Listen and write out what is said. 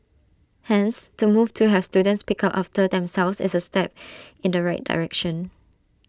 hence the move to have students pick up after themselves is A step in the right direction